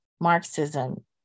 Marxism